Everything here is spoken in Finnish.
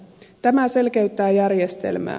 tämä selkeyttää järjestelmää